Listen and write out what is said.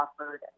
offered